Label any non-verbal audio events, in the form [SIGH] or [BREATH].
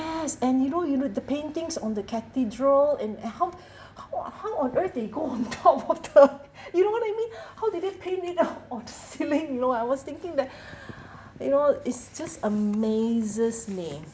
and you know you know the paintings on the cathedral and and how [BREATH] how on how on earth they go on top of the [LAUGHS] [BREATH] you know what I mean [BREATH] how did they paint it up on the ceiling you know I was thinking that [BREATH] you know it's just amazes me